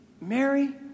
Mary